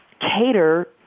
cater